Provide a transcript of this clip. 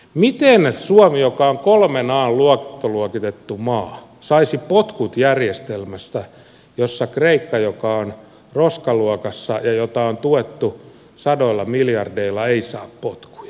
miten suomi joka on kolmen an luottoluokitettu maa saisi potkut järjestelmästä jossa kreikka joka on roskaluokassa ja jota on tuettu sadoilla miljardeilla ei saa potkuja